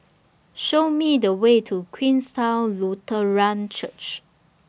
Show Me The Way to Queenstown Lutheran Church